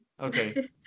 Okay